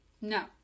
No